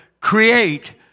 create